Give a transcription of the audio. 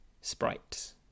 sprites